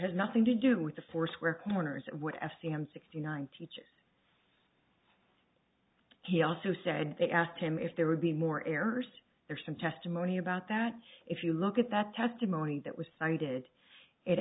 has nothing to do with the four square corners what f c m sixty nine teaches he also said they asked him if there would be more errors there some testimony about that if you look at that testimony that was cited it